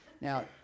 now